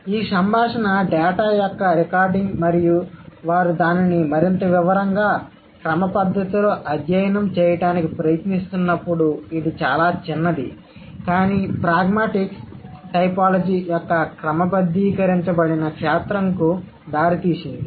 ఈ సంభాషణ డేటా యొక్క రికార్డింగ్ మరియు వారు దానిని మరింత వివరంగా క్రమపద్ధతిలో అధ్యయనం చేయడానికి ప్రయత్నిస్తున్నప్పుడు ఇది చాలా చిన్నది కాని ప్రాగ్మాటిక్స్ టైపోలాజీ యొక్క క్రమబద్ధీకరించబడిన క్షేత్రంకు దారితీసింది